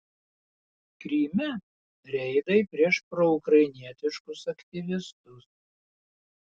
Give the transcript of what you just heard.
kryme reidai prieš proukrainietiškus aktyvistus